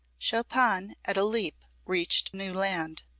chopin at a leap reached new land.